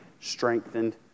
strengthened